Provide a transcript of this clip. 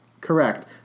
Correct